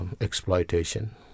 exploitation